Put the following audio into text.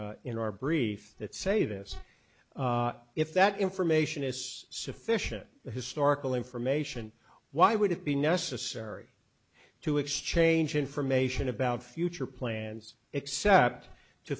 r in our brief that say this if that information is sufficient historical information why would it be necessary to exchange information about future plans except to